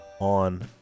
on